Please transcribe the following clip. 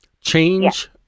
Change